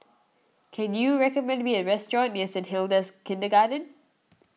can you recommend me a restaurant near Saint Hilda's Kindergarten